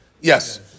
Yes